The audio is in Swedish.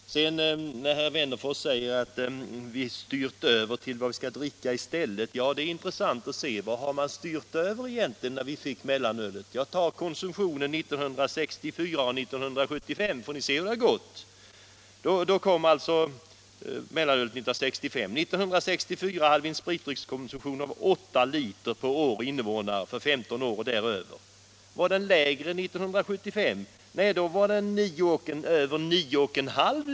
När sedan herr Wennerfors menar att man skall styra över konsumtionen till alternativa drycker kan det vara intressant att se vad man egentligen styrt över till när man införde mellanölet. Se t.ex. på konsumtionen 1964 och 1965, så får ni se hur det har gått! Mellanölet kom 1965. År 1964 hade vi en spritdryckskonsumtion av 8 liter per år och invånare på 15 år och däröver. Var motsvarande konsumtion lägre 1975? Nej, då var konsumtionen över 9 1/2 liter.